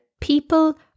people